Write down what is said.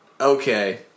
okay